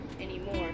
anymore